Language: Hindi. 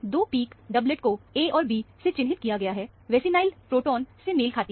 दो पिक डबलेट को A और B से चिन्हित किया गया है विनाइलिक प्रोटोन से मेल खाती हैं